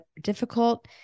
difficult